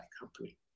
company